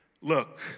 look